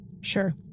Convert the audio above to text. Sure